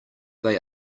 they